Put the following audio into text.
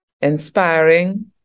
inspiring